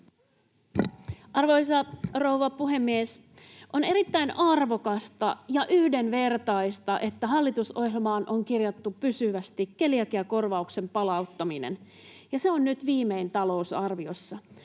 Arvoisa rouva puhemies! On erittäin arvokasta ja yhdenvertaista, että hallitusohjelmaan on kirjattu pysyvästi keliakiakorvauksen palauttaminen, ja se on nyt viimein talousarviossa.